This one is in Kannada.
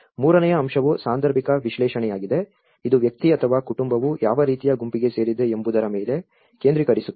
ಮೂರನೆಯ ಅಂಶವು ಸಾಂದರ್ಭಿಕ ವಿಶ್ಲೇಷಣೆಯಾಗಿದೆ ಇದು ವ್ಯಕ್ತಿ ಅಥವಾ ಕುಟುಂಬವು ಯಾವ ರೀತಿಯ ಗುಂಪಿಗೆ ಸೇರಿದೆ ಎಂಬುದರ ಮೇಲೆ ಕೇಂದ್ರೀಕರಿಸುತ್ತದೆ